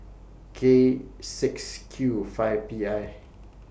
K six Q five P I